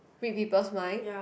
read people's mind